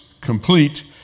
complete